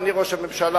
אדוני ראש הממשלה,